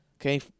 Okay